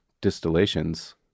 distillations